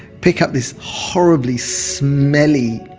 pick up this horribly smelly,